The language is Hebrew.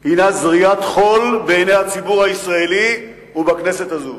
היא זריית חול בעיני הציבור הישראלי והכנסת הזאת.